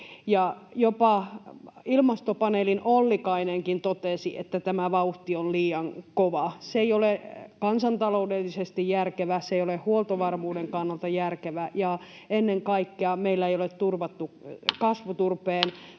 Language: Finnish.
Jopa ilmastopaneelin Ollikainenkin totesi, että tämä vauhti on liian kova. Se ei ole kansantaloudellisesti järkevä, se ei ole huoltovarmuuden kannalta järkevä, ja ennen kaikkea meillä ei ole turvattu [Puhemies